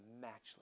matchless